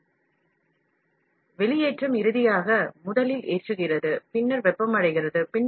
Refer Slide Time 2051 வெளியேற்றத்தில் முதல் செயல்முறை loading பின்னர் வெப்பப்படுத்துதல்